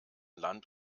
land